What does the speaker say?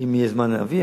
אם יהיה זמן להביא,